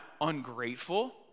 ungrateful